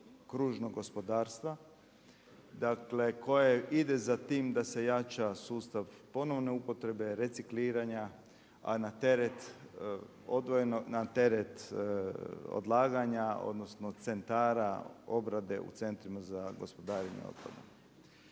kružnog gospodarstva, dakle, koje ide za tim da se jača sustav ponovne upotrebe, recikliranja a na teret odlaganja, odnosno centara obrade u Centrima za gospodarenje otpadom.